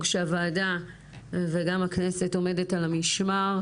שהוועדה וגם הכנסת עומדת על המשמר,